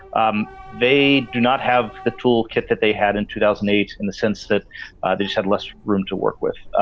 um they do not have the tool kit that they had in two thousand and eight. in the sense that this had less room to work with